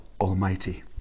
Almighty